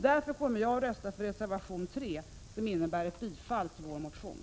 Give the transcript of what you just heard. Därför kommer jag att rösta för reservation 3, som innebär ett bifall till vår motion.